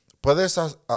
puedes